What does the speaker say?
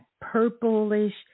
purplish